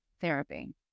therapy